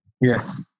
Yes